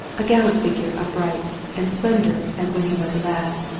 a gallant figure, upright and slender as when he was a lad,